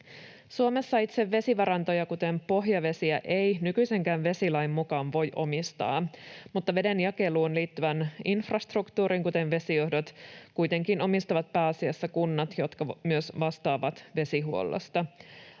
Suomessa itse vesivarantoja, kuten pohjavesiä, ei nykyisenkään vesilain mukaan voi omistaa, mutta vedenjakeluun liittyvän infrastruktuurin, kuten vesijohdot, kuitenkin omistavat pääasiassa kunnat, jotka myös vastaavat vesihuollosta.